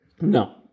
No